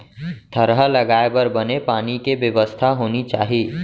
थरहा लगाए बर बने पानी के बेवस्था होनी चाही